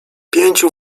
pięciu